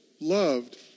loved